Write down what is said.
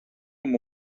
amb